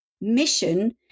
Mission